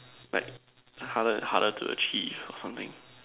but harder harder to achieve or something